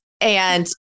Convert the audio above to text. and-